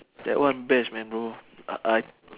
that one best man bro I I